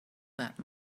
that